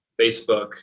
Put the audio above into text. Facebook